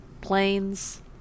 Planes